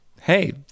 hey